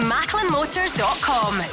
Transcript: MacklinMotors.com